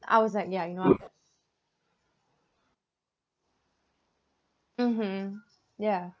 I was like ya you know mmhmm yeah